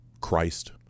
Christ